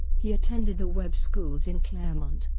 he attended the webb schools in claremont,